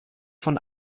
von